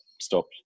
stopped